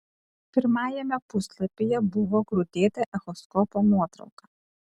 pirmajame puslapyje buvo grūdėta echoskopo nuotrauka